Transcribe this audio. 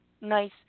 nice